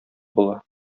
була